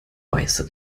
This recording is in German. weiße